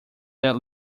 that